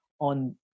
on